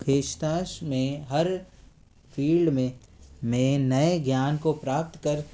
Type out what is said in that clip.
खीस तास में हर फील्ड में में नए ज्ञान को प्राप्त कर